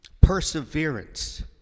perseverance